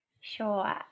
Sure